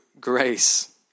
grace